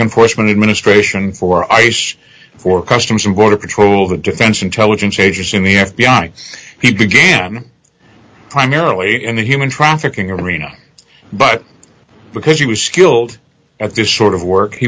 enforcement administration for ice for customs and border patrol the defense intelligence agency and the f b i he began primarily in the human trafficking arena but because he was skilled at this sort of work he